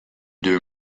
deux